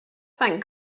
thank